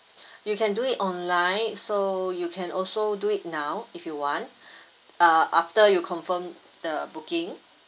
you can do it online so you can also do it now if you want uh after you confirm the booking